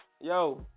Yo